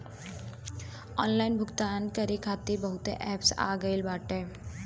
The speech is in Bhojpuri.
ऑनलाइन भुगतान करे खातिर बहुते एप्प आ गईल बाटे